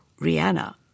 Rihanna